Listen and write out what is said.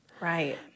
Right